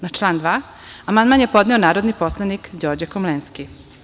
Na član 2. amandman je podneo narodni poslanik Đorđe Komlenski.